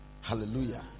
hallelujah